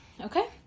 okay